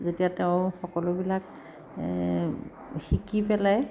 যেতিয়া তেওঁ সকলোবিলাক শিকি পেলাই